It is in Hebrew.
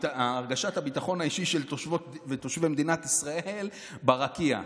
והרגשת הביטחון האישי של תושבות ותושבי מדינת ישראל ברקיע,